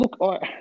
look